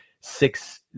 six